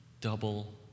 double